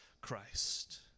Christ